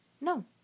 no